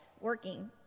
working